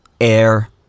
Air